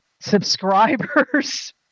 subscribers